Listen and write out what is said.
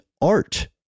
art